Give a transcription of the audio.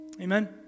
Amen